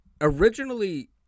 Originally